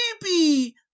baby